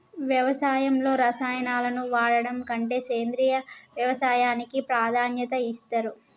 వ్యవసాయంలో రసాయనాలను వాడడం కంటే సేంద్రియ వ్యవసాయానికే ప్రాధాన్యత ఇస్తరు